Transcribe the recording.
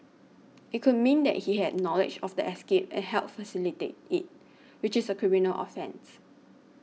it could mean that he had knowledge of the escape and helped facilitate it which is a criminal offence